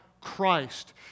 Christ